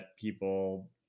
people